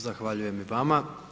Zahvaljujem i vama.